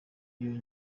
iyo